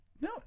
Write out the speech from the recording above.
No